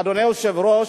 אדוני היושב-ראש,